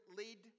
lead